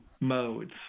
modes